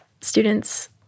students